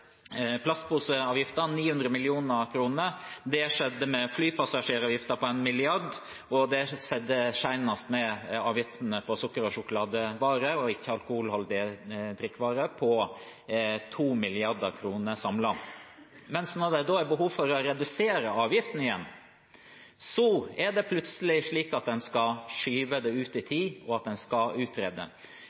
avgiftene på sukker- og sjokoladevarer og ikke-alkoholholdige drikkevarer på til sammen 2 mrd. kr. Men når det da er behov for å redusere avgiftene igjen, er det plutselig slik at en skal skyve det ut i tid, og at en skal utrede.